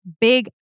big